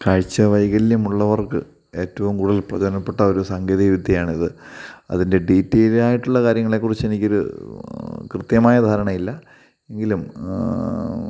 കാഴ്ച വൈകല്യം ഉള്ളവർക്ക് ഏറ്റവും കൂടുതല് പ്രധാനപെട്ട ഒരു സാങ്കേതിക വിദ്യയാണിത് അതിന്റെ ഡീടെയ്ല്ട് ആയിട്ടുള്ള കാര്യങ്ങളെ കുറിച്ച് എനിക്കൊരു കൃത്യമായ ധാരണയില്ല എങ്കിലും